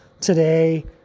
today